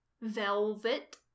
Velvet